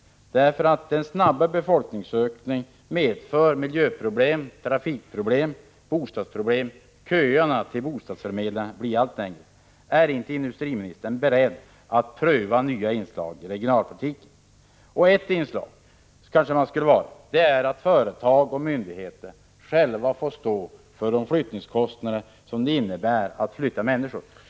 Den snabba befolkningsökningen medför nämligen miljöproblem, trafikproblem och bostadsproblem. Köerna till bostadsförmedlingarna blir allt längre. Är inte industriministern beredd att pröva nya inslag i regionalpolitiken? Ett inslag skulle kanske kunna vara att företag och myndigheter själva fick stå för de flyttningskostnader som det innebär att flytta människor.